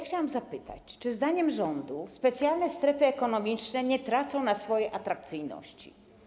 Chciałam zapytać: Czy zdaniem rządu specjalne strefy ekonomiczne nie tracą na swojej atrakcyjności?